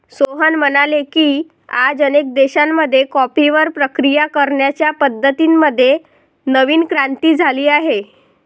सोहन म्हणाले की, आज अनेक देशांमध्ये कॉफीवर प्रक्रिया करण्याच्या पद्धतीं मध्ये नवीन क्रांती झाली आहे